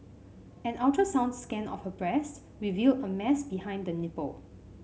an ultrasound scan of her breast revealed a mass behind the nipple